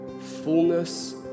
fullness